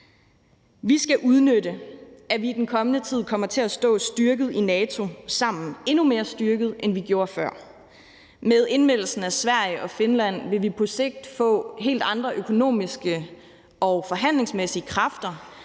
Vi skal udnytte, at vi i den kommende tid kommer til at stå styrket i NATO sammen – endnu mere styrket, end vi gjorde før. Med indmeldelsen af Sverige og Finland vil vi på sigt få helt andre økonomiske og forhandlingsmæssige kræfter